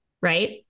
right